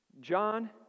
John